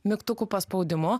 mygtukų paspaudimu